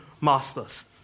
masters